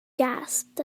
gasped